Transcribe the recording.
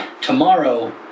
Tomorrow